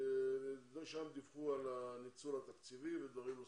שם דיווחו על הניצול התקציבי ודברים נוספים.